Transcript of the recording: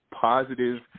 positive